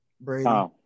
Brady